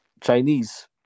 Chinese